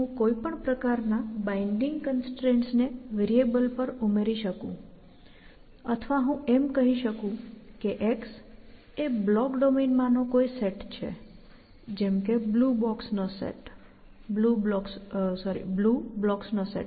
હું કોઈપણ પ્રકારનાં બાઈન્ડીંગ કન્સ્ટ્રેઇન્ટ્સને વેરિએબલ પર ઉમેરી શકું અથવા હું એમ કહી શકું કે x એ બ્લોક ડોમેન માં નો કોઈ સેટ છે જેમ કે બ્લુ બ્લોક્સ નો સેટ